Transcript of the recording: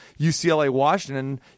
UCLA-Washington